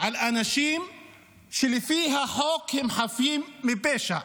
על אנשים שלפי החוק הם חפים מפשע.